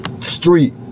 street